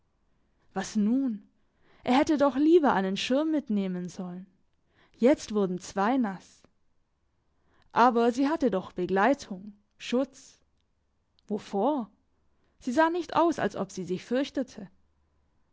was nun er hätte doch lieber einen schirm mitnehmen sollen jetzt wurden zwei nass aber sie hatte doch begleitung schutz wovor sie sah nicht aus als ob sie sich fürchtete